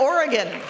Oregon